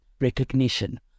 recognition